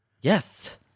Yes